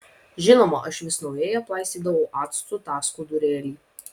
žinoma aš vis naujai aplaistydavau actu tą skudurėlį